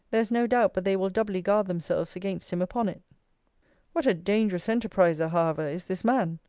there is no doubt but they will doubly guard themselves against him upon it what a dangerous enterpriser, however, is this man!